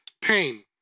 pain